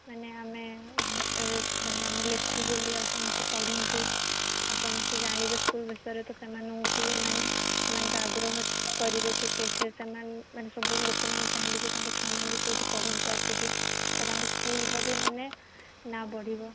ମାନେ ଆମେ ମାନେ ଆମେ ଲେଖୁ ବୋଲି ଆଉ ସମସ୍ତେ ପଢ଼ନ୍ତୁ ଆଉ ସମସ୍ତେ ଜାଣିବେ ସ୍କୁଲ୍ ବିଷୟରେ ତ ସେମାନଙ୍କୁ ବି ମାନେ ସେମାନଙ୍କ ଆଗ୍ରହ କରିବେ କି ସେଇଠାରେ ସେମାନେ ମାନେ ସବୁ ଲୋକମାନେ ଚାହିଁବେ କି ତାଙ୍କ ଛୁଆମାନେ ସେଇଠି ପଢ଼ନ୍ତୁ ଆସିକି ତ ତାଙ୍କ ସ୍କୁଲ୍ର ବି ମାନେ ନାଁ ବଢ଼ିବ